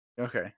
okay